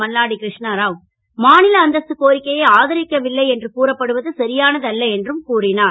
மல்லாடி கிரு ணரா மா ல அந்தஸ்து கோரிக்கையை ஆதரிக்கவில்லை என்று கூறப்படுவது சரியானது அல்ல என்றும் கூறினார்